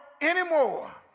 anymore